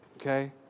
Okay